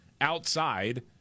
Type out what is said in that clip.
outside